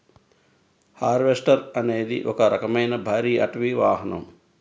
harvester అనేది ఒక రకమైన భారీ అటవీ వాహనం